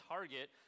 Target